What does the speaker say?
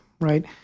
Right